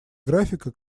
графика